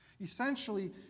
Essentially